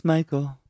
Michael